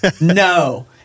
no